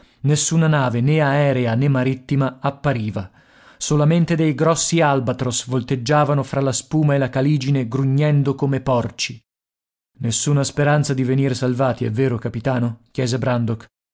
nessuna nave né aerea né marittima appariva solamente dei grossi albatros volteggiavano fra la spuma e la caligine grugnendo come porci nessuna speranza di venire salvati è vero capitano chiese brandok